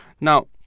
Now